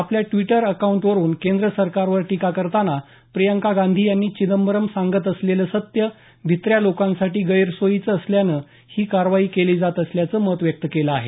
आपल्या ट्वीटर अकाऊंटवरून केंद्र सरकारवर टीका करताना प्रियंका गांधी यांनी चिदंबरम सांगत असलेलं सत्य भित्र्या लोकांसाठी गैरसोयीचं असल्यानं ही कारवाई केली जात असल्याचं मत व्यक्त केलं आहे